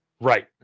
Right